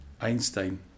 Einstein